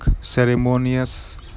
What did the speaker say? ceremonious